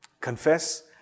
Confess